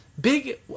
Big